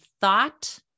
thought